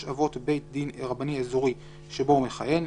אבות בית דין רבני אזורי שבו הוא מכהן,